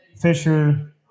fisher